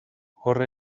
hor